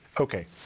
Okay